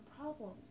problems